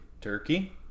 turkey